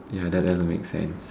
ya that doesn't make sense